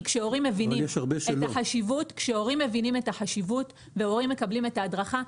כי כשהורים מבינים את החשיבות והורים מקבלים את ההדרכה,